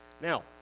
Now